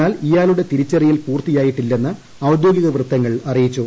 എന്നാൽ ഇയാളുടെ തിരിച്ചറിയ്യൽ പൂർത്തിയായിട്ടില്ലെന്ന് ഔദ്യോഗിക വൃത്തങ്ങൾ അറിയിച്ചു